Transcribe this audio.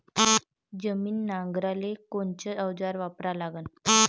जमीन नांगराले कोनचं अवजार वापरा लागन?